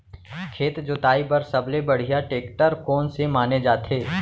खेत जोताई बर सबले बढ़िया टेकटर कोन से माने जाथे?